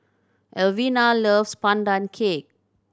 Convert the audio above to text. Alvina loves Pandan Cake